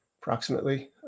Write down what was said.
approximately